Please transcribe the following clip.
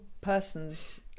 person's